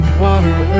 water